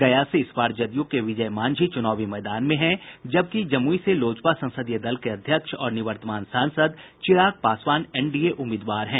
गया से इस बार जदयू के विजय मांझी चुनावी मैदान में हैं जबकि जमुई से लोजपा संसदीय दल के अध्यक्ष और निवर्तमान सांसद चिराग पासवान एनडीए उम्मीदवार हैं